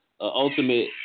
ultimate